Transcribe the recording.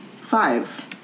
five